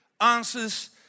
answers